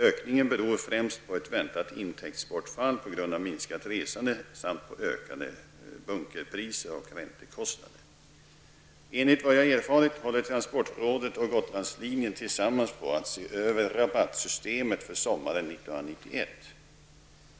Ökningen beror främst på ett väntat intäktsbortfall på grund av minskat resande samt på ökade bunkerpriser och räntekostnader. Enligt vad jag erfarit håller transportrådet och Gotlandslinjen tillsammans på att se över rabattsystemet för sommaren 1991.